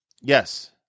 Yes